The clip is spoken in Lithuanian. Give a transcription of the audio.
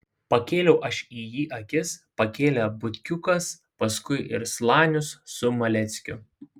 pakėliau aš į jį akis pakėlė butkiukas paskui ir slanius su maleckiu